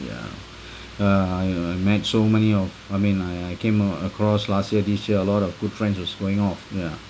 yeah err met so many of I mean I I came oh across last year this year a lot of good friends was going off ya